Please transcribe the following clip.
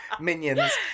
minions